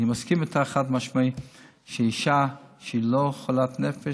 אני מסכים איתך חד-משמעית שאישה שהיא לא חולת נפש,